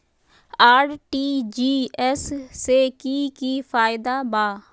RTGS से की की फायदा बा?